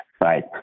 right